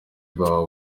bahawe